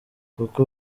kuko